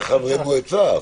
זה חברי מועצה.